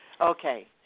Okay